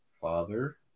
Father